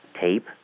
tape